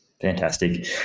Fantastic